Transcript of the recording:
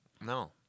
No